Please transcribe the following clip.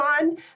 on